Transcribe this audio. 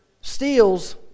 steals